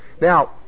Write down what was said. Now